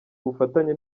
ubufatanye